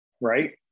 right